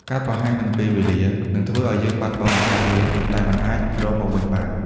ការប្រហែសនឹងពេលវេលា នឹងធ្វើឱ្យយើងបាត់បង់ឱកាសមាសដែលមិនអាចរកមកវិញបាន។